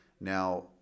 Now